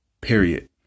Period